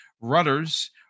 rudders